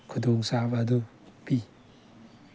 ꯈꯨꯗꯣꯡꯆꯥꯕ ꯑꯗꯨ ꯄꯤ